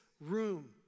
room